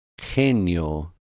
genio